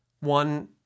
One